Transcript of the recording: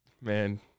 Man